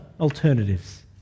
alternatives